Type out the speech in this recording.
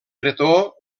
pretor